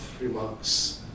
remarks